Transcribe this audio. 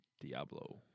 Diablo